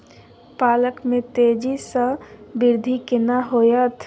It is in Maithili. पालक में तेजी स वृद्धि केना होयत?